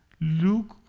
look